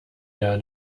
der